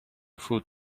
food